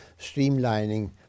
streamlining